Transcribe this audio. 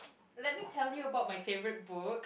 let me tell you about my favourite book